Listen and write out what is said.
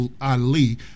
Ali